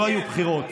לא היו בחירות.